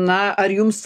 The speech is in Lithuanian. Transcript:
na ar jums